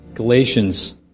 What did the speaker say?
Galatians